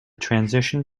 transition